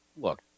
look